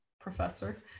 professor